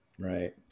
Right